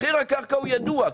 מחיר הקרקע הוא ידוע,